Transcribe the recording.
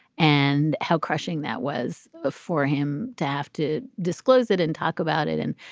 and how crushing that was ah for him to have to disclose it and talk about it. and,